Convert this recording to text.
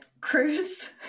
cruise